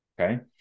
Okay